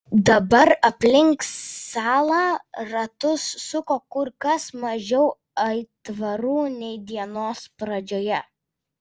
dabar aplink salą ratus suko kur kas mažiau aitvarų nei dienos pradžioje